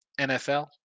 NFL